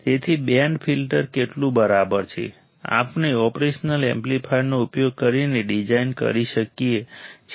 તેથી band filter કેટલું બરાબર છે આપણે ઓપરેશન એમ્પ્લીફાયરનો ઉપયોગ કરીને ડિઝાઇન કરી શકીએ છીએ